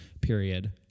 Period